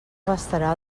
abastarà